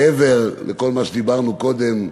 מעבר לכל מה שדיברנו קודם,